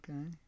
Okay